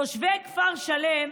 תושבי כפר שלם,